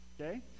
okay